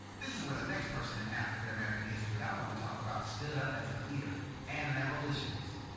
this is where the next person in african american history i want to talk about stood up as a leader and an abolitionist.